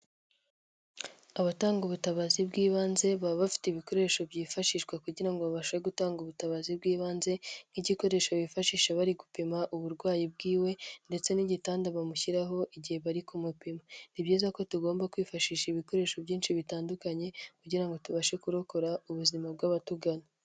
Abatanga ubutabazi bw'ibanze baba bafite ibikoresho byifashishwa kugira ngo babashe gutanga ubutabazi bw'ibanze, nk'igikoresho bifashisha bari gupima uburwayi bwiwe ndetse n'igitanda bamushyiraho igihe bari ku mapima. Ni byiza ko tugomba kwifashisha ibikoresho byinshi bitandukanye, kugira ngo tubashe kurokora ubuzima bw'abatugana.